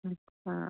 अच्छा